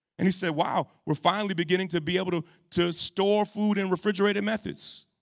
and he said, wow, we're finally beginning to be able to to store food in refrigerated methods.